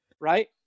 right